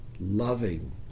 loving